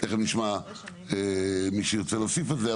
תכף נשמע מי שירצה להוסיף על זה,